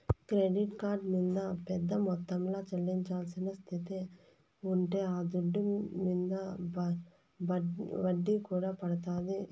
credit card మింద పెద్ద మొత్తంల చెల్లించాల్సిన స్తితే ఉంటే ఆ దుడ్డు మింద ఒడ్డీ కూడా పడతాది